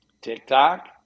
TikTok